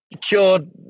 cured